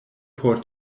por